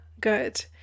good